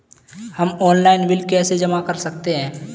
हम online bill कैसे जमा कर सकते हैं?